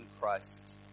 Christ